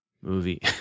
movie